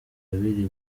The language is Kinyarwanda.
biri